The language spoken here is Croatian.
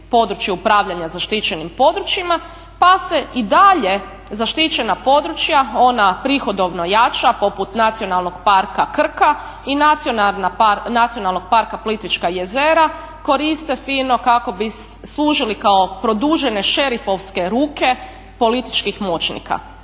područje upravljanja zaštićenim područjima pa se i dalje zaštićena područja ona prihodovno jača poput Nacionalnog parka Krka i Nacionalnog parka Plitvička jezera, koriste kako bi služili kao produžene šerifovske ruke političkih moćnika.